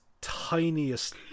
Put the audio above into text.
tiniest